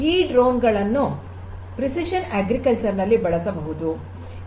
ಈ ಡ್ರೋನ್ ಗಳನ್ನು precision agriculture ನಲ್ಲಿ ಬಳಸಬಹುದು